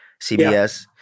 CBS